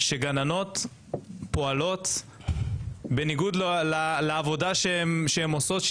שגננות פועלות בעבודה שהן עושות,